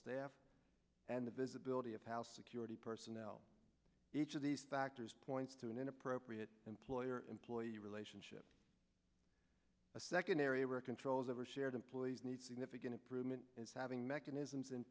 staff and the visibility of house security personnel each of these factors points to an inappropriate employer employee relationship a second area where controls over shared employees need significant improvement as having mechanisms in